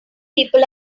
people